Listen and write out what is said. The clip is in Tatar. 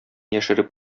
яшереп